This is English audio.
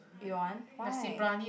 you don't want why